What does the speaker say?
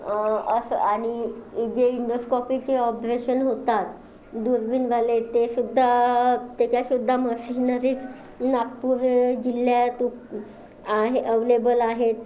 असं आणि जे इन्डोस्कोपीचे ऑपरेशन होतात दुर्बीणवाले तेसुद्धा त्याच्यासुद्धा मशिनरी नागपूर जिल्ह्यात आहे ॲव्हेलेबल आहेत